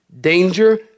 Danger